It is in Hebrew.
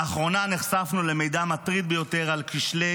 לאחרונה נחשפנו למידע מטריד ביותר על כשלי